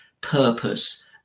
purpose